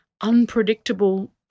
unpredictable